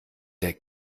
der